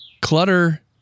Clutter